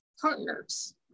partners